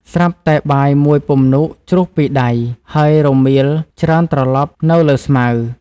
ស្រាប់តែបាយមួយពំនូតជ្រុះពីដៃ ហើយរមៀលច្រើនត្រលប់នៅលើស្មៅ ។